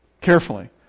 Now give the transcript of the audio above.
carefully